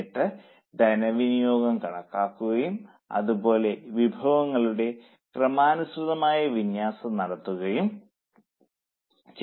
എന്നിട്ട് ധനവിനിയോഗം കണക്കാക്കുകയും അതുപോലെ വിഭവങ്ങളുടെ ക്രമാനുസൃതമായ വിന്യാസം നടത്തുകയും ചെയ്യുന്നു